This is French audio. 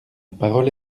parole